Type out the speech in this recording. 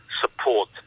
support